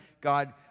God